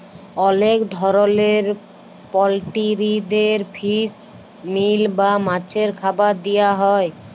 অলেক ধরলের পলটিরিদের ফিস মিল বা মাছের খাবার দিয়া হ্যয়